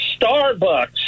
Starbucks